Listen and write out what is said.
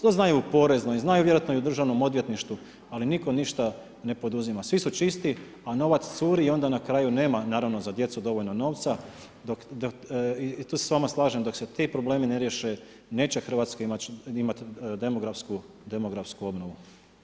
To znaju i u poreznoj, znaju vjerojatno i u državnom odvjetništvu ali nitko ništa ne poduzima, svi su čisti a novac curi i onda na kraju nema naravno za djecu dovoljno novca dok, i tu se s vama slažem dok se ti problemi ne riješe neće Hrvatska imati demografsku obnovu.